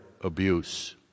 abuse